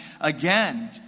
Again